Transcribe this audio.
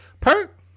Perk